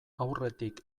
aurretik